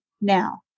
Now